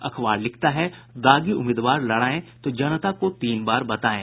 अखबार लिखता है दागी उम्मीदवार लड़ाएं तो जनता को तीन बार बतायें